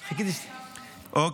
אוקיי,